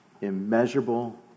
immeasurable